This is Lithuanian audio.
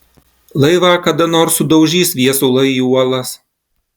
laivą kada nors sudaužys viesulai į uolas